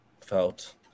felt